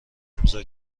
امضا